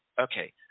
okay